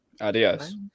adios